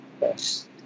yes